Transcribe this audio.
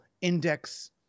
index